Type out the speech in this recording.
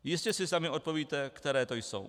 Jistě si sami odpovíte, které to jsou.